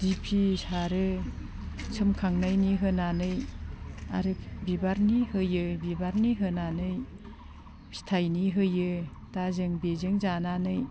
डिफि सारो सोमखांनायनि होनानै आरो बिबारनि होयो बिबारनि होनानै फिथाइनि होयो दा जों बेजों जानानै